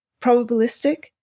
Probabilistic